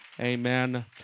Amen